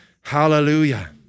Hallelujah